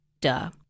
duh